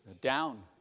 down